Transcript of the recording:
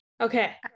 okay